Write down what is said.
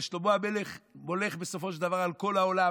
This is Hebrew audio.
ושלמה המלך הולך בסופו של דבר על כל העולם,